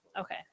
Okay